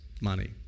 money